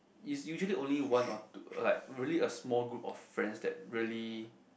is usually only one or two like really a small group of friends that really